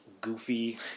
goofy